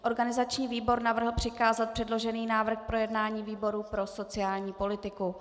Organizační výbor navrhl přikázat předložený návrh k projednání výboru pro sociální politiku.